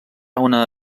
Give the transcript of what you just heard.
una